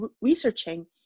researching